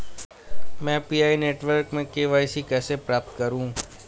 मैं P I network में KYC कैसे प्राप्त करूँ?